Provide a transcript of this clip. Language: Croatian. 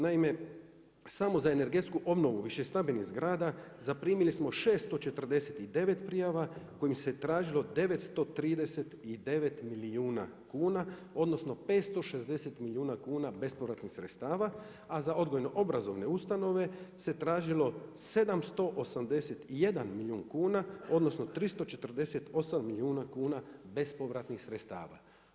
Naime, samo za energetsku obnovu više stambenih zgrada zaprimili smo 649 prijava kojim se tražilo 939 milijuna kuna, odnosno 560 milijuna kuna bespovratnih sredstava, a za odgojno-obrazovne ustanove se tražilo 781 milijun kuna, odnosno 348 milijuna kuna bespovratnih sredstava.